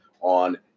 on